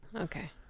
Okay